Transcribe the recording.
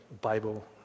Bible